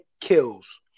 kills